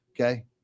okay